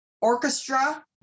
orchestra